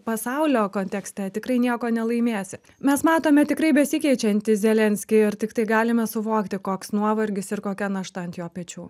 pasaulio kontekste tikrai nieko nelaimėsi mes matome tikrai besikeičiantį zelenskį ir tiktai galime suvokti koks nuovargis ir kokia našta ant jo pečių